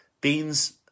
beans